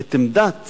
את עמדת